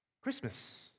Christmas